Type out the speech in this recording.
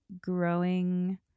growing